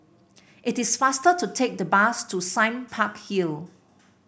it is faster to take the bus to Sime Park Hill